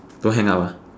don't hang up ah